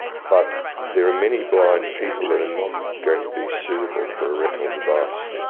but there are many blind people that are not going to be suitable for a retinal device.